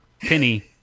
penny